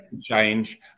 change